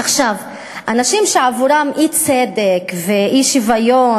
הנשים שעבורן אי-צדק ואי-שוויון